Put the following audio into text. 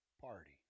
party